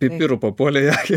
pipirų papuolė į akį